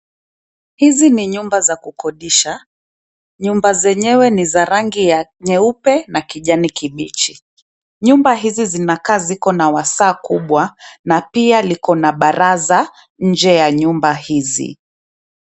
Hizi ni nyumba za kukodisha. Nyumba zenyewe ni za rangi ya nyeupe na kijani kibichi. Nyumba hizi zinakaa ziko na wasaa kubwa na pia liko na baraza nje ya nyumba hizi.